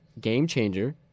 game-changer